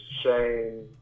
Shane